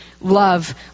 love